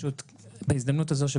בהזדמנות הזאת,